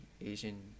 Asian